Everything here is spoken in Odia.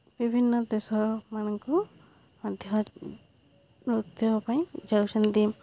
ବିଭିନ୍ନ ଦେଶମାନଙ୍କୁ ମଧ୍ୟ ନୃତ୍ୟ ପାଇଁ ଯାଉଛନ୍ତି